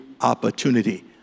opportunity